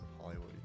Hollywood